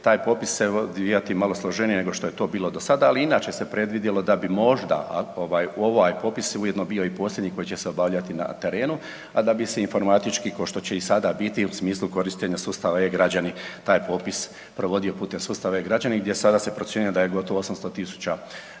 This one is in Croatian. taj popis se odvijati malo složenije nego što je to bilo do sada, ali inače se predvidjelo da bi možda ovaj, ovaj popis ujedno bio i posljednji koji će se obavljati na terenu, a da bi se informatički, košto će i sada biti u smislu korištenja sustava e-građani taj popis provodio putem sustava e-građani gdje sada se procjenjuje da je gotovo 800 000